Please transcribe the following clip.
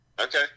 Okay